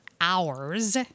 hours